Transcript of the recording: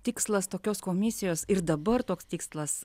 tikslas tokios komisijos ir dabar toks tikslas